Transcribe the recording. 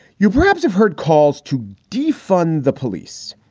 you perhaps have heard calls to defund the police.